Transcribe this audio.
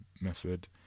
method